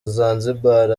zanzibar